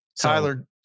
Tyler